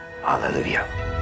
Hallelujah